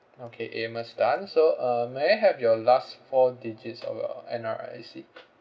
okay amos tan so uh may I have your last four digits of your N_R_I_C